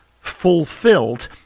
fulfilled